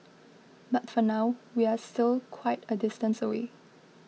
but for now we're still quite a distance away